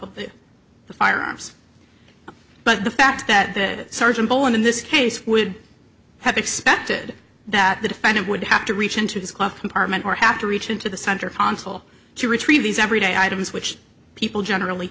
of the firearms but the fact that that sergeant bowen in this case would have expected that the defendant would have to reach into this club compartment or have to reach into the center console to retrieve these everyday items which people generally